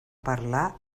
parlar